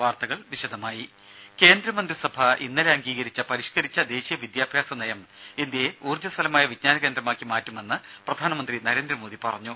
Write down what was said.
വാർത്തകൾ വിശദമായി കേന്ദ്ര മന്ത്രിസഭ ഇന്നലെ അംഗീകരിച്ച പരിഷ്കരിച്ച ദേശീയ വിദ്യാഭ്യാസ നയം ഇന്ത്യയെ ഊർജസ്വലമായ വിജ്ഞാന കേന്ദ്രമാക്കി മാറ്റുമെന്ന് പ്രധാനമന്ത്രി നരേന്ദ്ര മോദി പറഞ്ഞു